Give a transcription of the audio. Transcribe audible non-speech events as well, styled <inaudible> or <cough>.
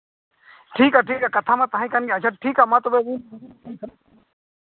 ᱴᱷᱤᱠᱼᱟ ᱴᱷᱤᱠᱼᱟ ᱠᱟᱛᱷᱟ ᱢᱟ ᱛᱟᱦᱮᱸ ᱠᱟᱱ ᱜᱮᱭᱟ ᱟᱪᱪᱷᱟ ᱴᱷᱤᱠᱼᱟ ᱢᱟ ᱛᱚᱵᱮ ᱤᱧ <unintelligible>